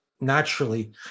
naturally